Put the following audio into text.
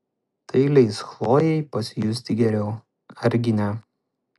tai leis chlojei pasijusti geriau argi ne